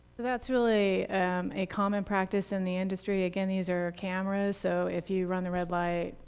that's really a common practice in the industry. again, these are cameras so if you run the red light,